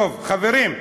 חברים,